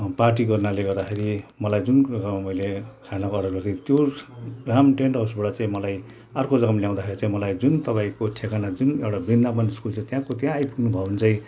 party गर्नाले गर्दाखेरि मलाई जुन कुरो मैले खानाको अर्डर गरेको थिएँ त्यो राम टेन्ट हाउसबाट चाहिँ मलाई अर्को जग्गामा ल्याउँदाखेरि चाहिँ मलाई जुन तपाईँको ठेगाना जुन एउटा वृन्दावन स्कुल छ त्यहाँको त्यहाँ आइपुग्नुभयो भने चाहिँ